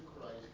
Christ